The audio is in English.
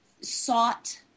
sought